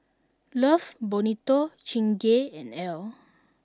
love Bonito Chingay and Elle